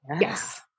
Yes